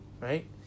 Right